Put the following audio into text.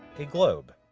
a globe.